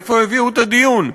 איפה הביאו את הדיון?